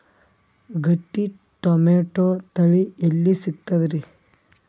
ಗಟ್ಟಿ ಟೊಮೇಟೊ ತಳಿ ಎಲ್ಲಿ ಸಿಗ್ತರಿ?